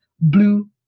blue